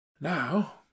Now